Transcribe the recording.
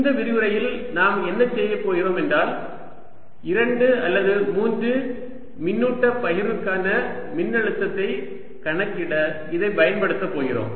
இந்த விரிவுரையில் நாம் என்ன செய்வோம் என்றால் இரண்டு அல்லது மூன்று மின்னூட்ட பகிர்வுக்கான மின்னழுத்தத்தை கணக்கிட இதைப் பயன்படுத்த போகிறோம்